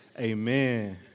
amen